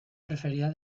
preferida